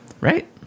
right